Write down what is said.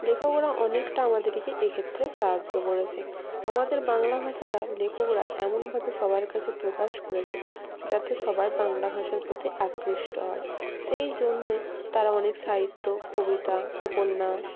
লেখকরা অনেকটা আমাদেরকে এক্ষেত্রে সাহায্য করেছে আমাদের বাংলা ভাষাটা লেখকরা এমনভাবে সবার কাছে প্রকাশ করেছে যাতে সবাই বাংলা ভাষার প্রতি আকৃষ্ট হয় সেই জন্যই তারা অনেক সাহিত্য কবিতা উপন্যাস